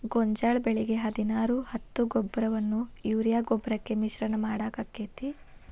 ಗೋಂಜಾಳ ಬೆಳಿಗೆ ಹದಿನಾರು ಹತ್ತು ಗೊಬ್ಬರವನ್ನು ಯೂರಿಯಾ ಗೊಬ್ಬರಕ್ಕೆ ಮಿಶ್ರಣ ಮಾಡಾಕ ಆಕ್ಕೆತಿ?